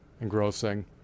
engrossing